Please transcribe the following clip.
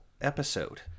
episode